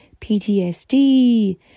PTSD